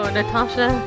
Natasha